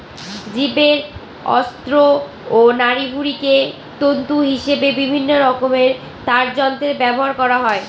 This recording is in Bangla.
জীবের অন্ত্র ও নাড়িভুঁড়িকে তন্তু হিসেবে বিভিন্নরকমের তারযন্ত্রে ব্যবহার করা হয়